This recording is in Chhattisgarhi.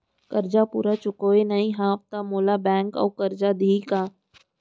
करजा पूरा चुकोय नई हव त मोला बैंक अऊ करजा दिही का?